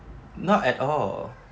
not at all